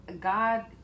God